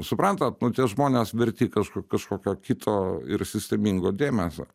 suprantat nu tie žmonės verti kažkur kažko kito ir sistemingo dėmesio